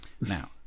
Now